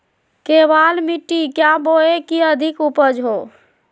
केबाल मिट्टी क्या बोए की अधिक उपज हो?